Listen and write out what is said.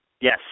Yes